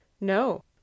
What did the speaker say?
No